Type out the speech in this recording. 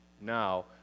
now